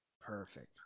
Perfect